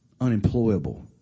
unemployable